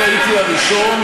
אני הייתי הראשון,